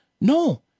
No